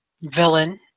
villain